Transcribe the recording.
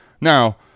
Now